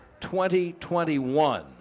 2021